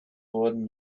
wurden